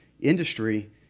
industry